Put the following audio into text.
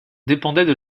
dépendaient